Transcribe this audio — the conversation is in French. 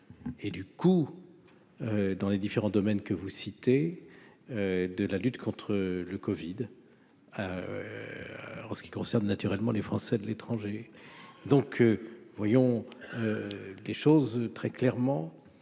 et du coup dans les différents domaines que vous citez de la lutte contre le Covid en ce qui concerne naturellement les Français de l'étranger, donc, voyons les choses très clairement,